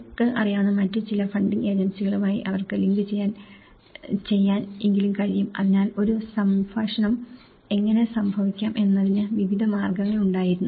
നിങ്ങൾക്ക് അറിയാവുന്ന മറ്റ് ചില ഫണ്ടിംഗ് ഏജൻസികളുമായി അവർക്ക് ലിങ്ക് ചെയ്യാൻ എങ്കിലും കഴിയും അതിനാൽ ഒരു സംഭാഷണം എങ്ങനെ സംഭവിക്കാം എന്നതിന് വിവിധ മാർഗങ്ങളുണ്ടായിരുന്നു